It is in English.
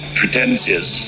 pretenses